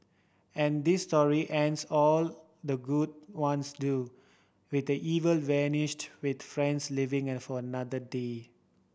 and this story ends all the good ones do with evil vanquished with friends living and for another day